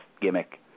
gimmick